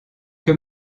que